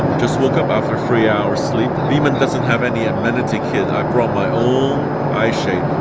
just woke up after three hours sleep. biman doesn't have any amenity kit. i brought my own eye shade.